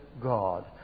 God